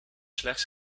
slechts